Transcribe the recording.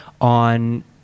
on